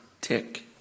tick